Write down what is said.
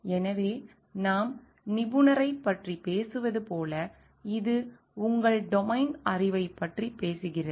எனவே நாம் நிபுணரைப் பற்றி பேசுவது போல இது உங்கள் டொமைன் அறிவைப் பற்றி பேசுகிறது